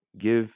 Give